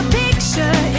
picture